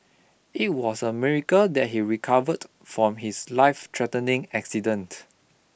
it was a miracle that he recovered from his life-threatening accident